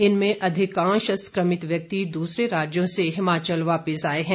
इनमें अधिकांश संक्रमित व्यक्ति दूसरे राज्यों से हिमाचल वापिस आए हैं